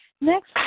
Next